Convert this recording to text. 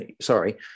Sorry